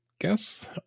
guess